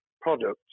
products